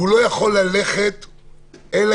מה